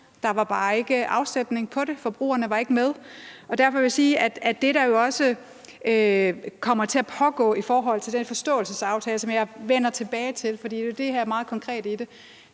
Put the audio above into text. Der var bare ikke afsætning på det; forbrugerne var ikke med. Derfor vil jeg sige, at det, der jo også kommer til at pågå i forhold til den forståelsesaftale, som jeg vender tilbage til, fordi det jo er det meget konkrete i det,